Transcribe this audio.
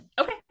okay